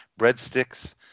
breadsticks